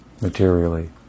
materially